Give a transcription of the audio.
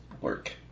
work